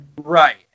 Right